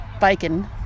biking